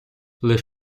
лиш